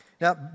Now